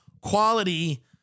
quality